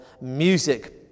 music